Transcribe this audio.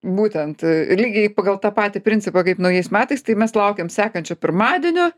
būtent lygiai pagal tą patį principą kaip naujais metais tai mes laukiam sekančio pirmadienio